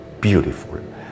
Beautiful